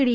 D